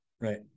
Right